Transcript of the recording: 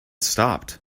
stopped